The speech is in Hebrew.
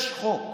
יש חוק,